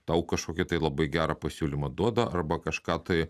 tau kažkokį tai labai gerą pasiūlymą duoda arba kažką tai